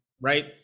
right